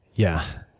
yeah,